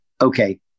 Okay